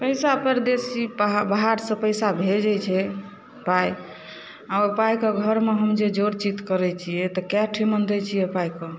पइसा परदेसी बाहरसँ पइसा भेजै छै पाइ आओर ओ पाइके घरमे हम जे जोर चित करै छिए तऽ कएक ठाम दै छिए पाइके